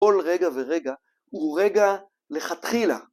‫כל רגע ורגע הוא רגע לכתחילה.